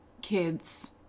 kids